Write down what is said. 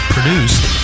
Produced